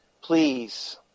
please